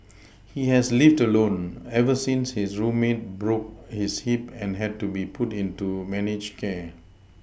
he has lived alone ever since his roommate broke his hip and had to be put into managed care